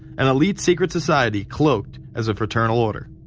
an elite secret society cloaked as a fraternal order.